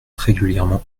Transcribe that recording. régulièrement